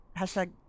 Hashtag